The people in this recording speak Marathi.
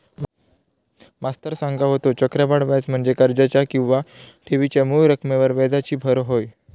मास्तर सांगा होतो, चक्रवाढ व्याज म्हणजे कर्जाच्या किंवा ठेवीच्या मूळ रकमेवर व्याजाची भर होय